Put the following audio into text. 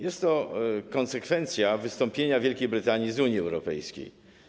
Jest to konsekwencja wystąpienia Wielkiej Brytanii z Unii Europejskiej.